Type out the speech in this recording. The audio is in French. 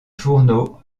fourneau